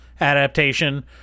adaptation